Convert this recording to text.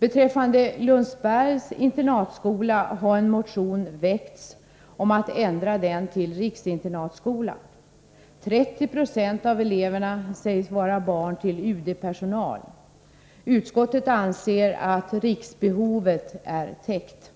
Beträffande Lundsbergs internatskola har en motion väckts, om att ändra den till riksinternatskola. 30 96 av eleverna sägs vara barn till UD-personal. Utskottet anser att riksbehovet är täckt.